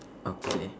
okay